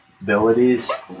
abilities